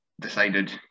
decided